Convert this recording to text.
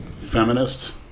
Feminists